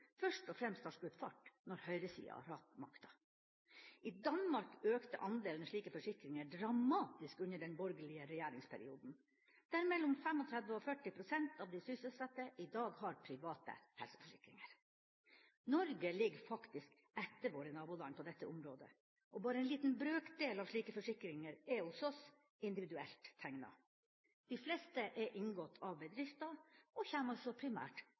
først og fremst har skutt fart når høyresida har hatt makta. I Danmark økte andelen slike forsikringer dramatisk under den borgerlige regjeringsperioden, der mellom 35 pst. og 40 pst. av de sysselsatte i dag har private helseforsikringer. Norge ligger faktisk etter våre naboland på dette området, og bare en liten brøkdel av slike forsikringer er hos oss individuelt tegna. De fleste er inngått av bedrifter og kommer altså primært